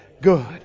good